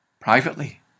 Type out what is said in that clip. privately